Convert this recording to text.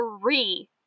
three